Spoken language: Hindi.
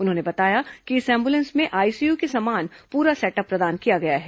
उन्होंने बताया कि इस एंबुलेंस में आईसीयू के समान पूरा सेटअप प्रदान किया गया है